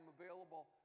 available